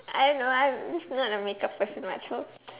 I don't know I'm just not a make up person [what] so